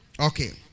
Okay